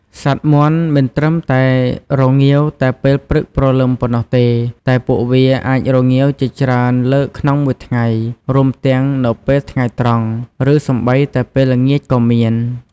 សត្វមាន់មិនត្រឹមតែរងាវតែពេលព្រឹកព្រលឹមប៉ុណ្ណោះទេ តែពួកវាអាចរងាវជាច្រើនលើកក្នុងមួយថ្ងៃ រួមទាំងនៅពេលថ្ងៃត្រង់ ឬសូម្បីតែពេលល្ងាចក៏មាន។